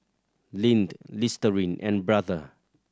Lindt Listerine and Brother